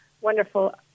wonderful